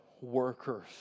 workers